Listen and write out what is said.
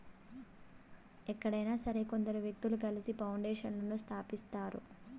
ఎక్కడైనా సరే కొందరు వ్యక్తులు కలిసి పౌండేషన్లను స్థాపిస్తారు